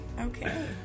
Okay